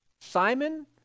Simon